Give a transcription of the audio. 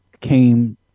came